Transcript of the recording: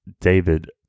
David